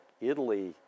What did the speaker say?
Italy